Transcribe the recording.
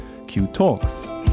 qtalks